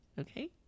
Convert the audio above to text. Okay